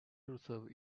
reserve